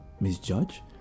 misjudge